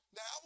Now